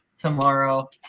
tomorrow